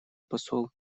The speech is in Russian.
посол